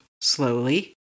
slowly